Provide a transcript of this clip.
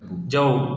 ਜਾਓ